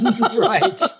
right